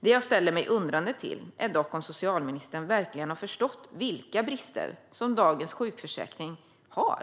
Det jag ställer mig undrande inför är dock om socialministern verkligen har förstått vilka brister som dagens sjukförsäkring har.